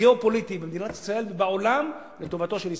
הגיאו-פוליטי במדינת ישראל ובעולם לטובתה של ישראל,